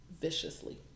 viciously